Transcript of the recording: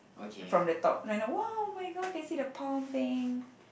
from the top and I know !wow! oh-my-god can see the palm thing